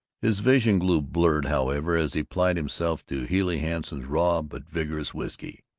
his vision grew blurred, however, as he applied himself to healey hanson's raw but vigorous whisky.